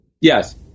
Yes